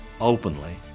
openly